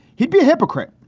he'd be a hypocrite.